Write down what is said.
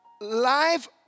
life